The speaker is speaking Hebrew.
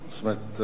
זאת אומרת,